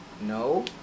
no